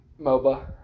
MOBA